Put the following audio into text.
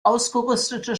ausgerüstete